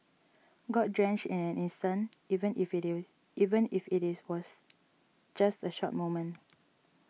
got drenched in an instant even if it even if it was just a short moment